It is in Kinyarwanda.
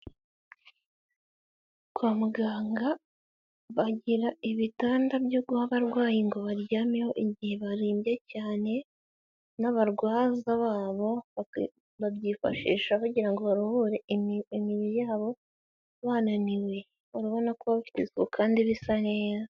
Kwa muganga bagira ibitanda byo guha abarwayi ngo baryameho igihe barembye cyane n'abarwaza babo babyifashisha bagirango ngo baruhure imibiri yabo bananiwe, urababona ko bifite isuku kandi bisa neza.